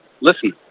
listen